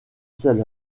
seul